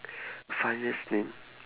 funniest name